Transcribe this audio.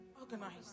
organized